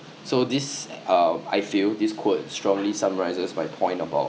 so this uh I feel this quote strongly summarizes my point about